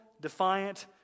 defiant